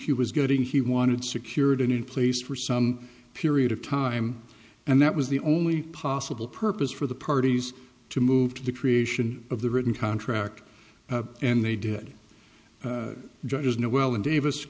was getting he wanted secured in place for some period of time and that was the only possible purpose for the parties to move to the creation of the written contract and they did judges know well in davis